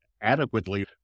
adequately